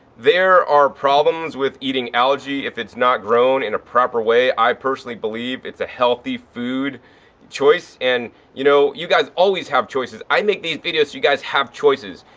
there are problems with eating algae if it's not grown in a proper way. i personally believe it's a healthy food choice. and, you know, you guys always have choices. i make these videos you guys have choices.